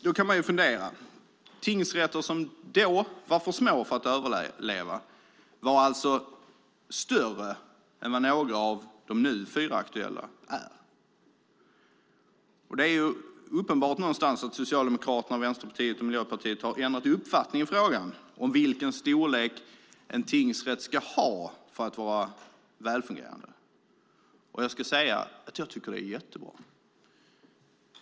Då kan man fundera. Tingsrätter som då var för små för att överleva var alltså större än vad några av de nu fyra aktuella är. Det är uppenbart att Socialdemokraterna, Vänsterpartiet och Miljöpartiet har ändrat uppfattning i frågan om vilken storlek en tingsrätt ska ha för att vara välfungerande. Jag tycker att det är jättebra.